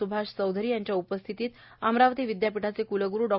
स्भाष चौधरी यांच्या उपस्थितीत अमरावती विद्यापीठाचे क्लग्रू डॉ